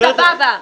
סבבה,